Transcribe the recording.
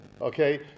Okay